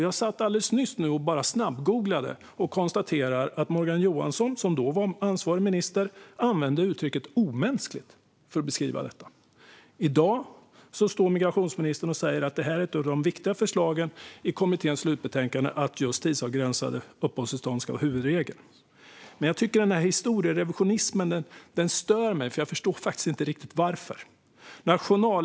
Jag satt alldeles nyss och snabbgooglade och konstaterade att Morgan Johansson, som då var ansvarig minister, använde uttrycket omänskligt för att beskriva detta. I dag står migrationsministern och säger att det här är ett av de viktigare förslagen i kommitténs slutbetänkande, det vill säga att just tidsavgränsade uppehållstillstånd ska vara huvudregeln. Historierevisionismen stör mig, och jag förstår faktiskt inte riktigt varför.